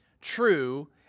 true